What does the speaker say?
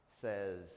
says